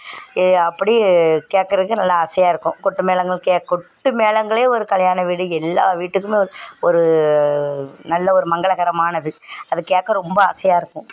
அப்படி கேட்கறக்கு நல்ல ஆசையாக இருக்கும் கொட்டு மேளங்கள் கேட்க கொட்டு மேளங்களே ஒரு கல்யாண வீடு எல்லா வீட்டுக்குமே ஒரு ஒரு நல்ல ஒரு மங்களகரமானது அது கேட்க ரொம்ப ஆசையாக இருக்கும்